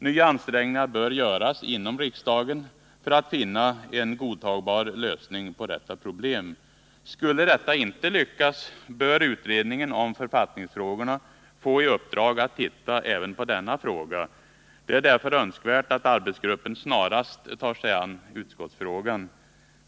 Nya ansträngningar bör göras inom riksdagen för att finna en godtagbar lösning på detta problem. Skulle detta inte lyckas bör utredningen om författningsfrågorna få i uppdrag att titta Nr 51 även på denna fråga. Det är därför önskvärt att arbetsgruppen snarast tar sig an utskottsfrågan.